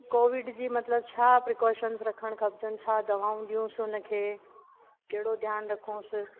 Covid जी मतलबु छा प्रिकॉशन रखण खपजनि छा दवाऊं ॾियूंसि हुनखे कहिड़ो ध्यानु रखूंसि